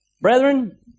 Brethren